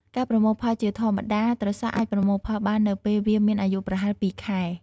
ការប្រមូលផលជាធម្មតា ត្រសក់អាចប្រមូលផលបាននៅពេលវាមានអាយុប្រហែល ២ ខែ។